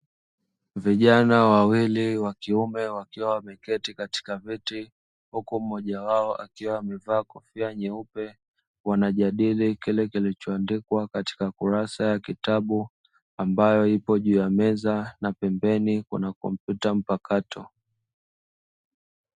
Vijana wawili wa kiume wakiwa wameketi katika viti huku mmoja wao akiwa amevaa kofia nyeupe, wanajadili kile kilichoandikwa katika kurasa ya kitabu ambacho kipo juu ya meza na pembeni kuna kompyuta mpakato.